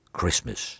Christmas